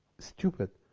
stupid.